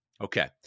Okay